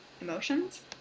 emotions